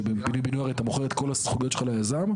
שבפינוי בינוי אתה מוכר את ה=כל הזכויות שלך ליזם.